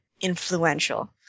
influential